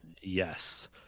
Yes